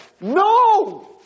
no